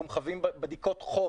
אנחנו מחייבים בדיקות חום